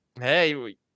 hey